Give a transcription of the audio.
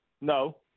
No